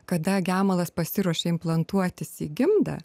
kada gemalas pasiruošia implantuotis į gimdą